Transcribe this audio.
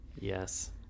Yes